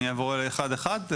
ואני אעבור עליהן אחת-אחת.